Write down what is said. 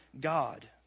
God